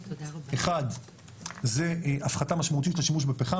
אחד זה הפחתה משמעותית של השימוש בפחם